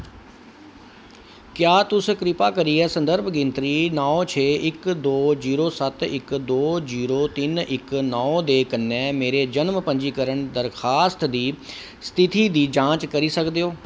क्या तुस किरपा करियै संदर्भ गिनतरी नौ छे इक दो जीरो सत्त इक दो जीरो तिन इक नौ दे कन्नै मेरे जन्म पंजीकरण दरखास्त दी स्थिति दी जांच करी सकदे ओ